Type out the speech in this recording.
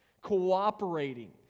cooperating